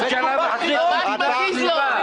--- ראש הממשלה בעצמו הפך מדינה שלמה.